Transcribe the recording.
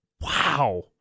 Wow